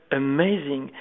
amazing